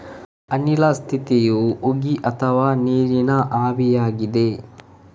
ಅನಿಲ ಸ್ಥಿತಿಯು ಉಗಿ ಅಥವಾ ನೀರಿನ ಆವಿಯಾಗಿದೆ